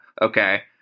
Okay